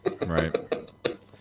Right